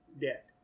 debt